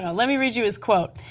you know let me read you his quote.